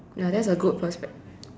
ya that's a good perspect~